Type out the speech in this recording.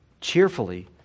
cheerfully